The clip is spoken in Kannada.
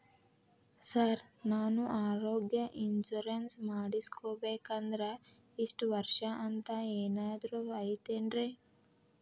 ಸರ್ ನಾನು ಆರೋಗ್ಯ ಇನ್ಶೂರೆನ್ಸ್ ಮಾಡಿಸ್ಬೇಕಂದ್ರೆ ಇಷ್ಟ ವರ್ಷ ಅಂಥ ಏನಾದ್ರು ಐತೇನ್ರೇ?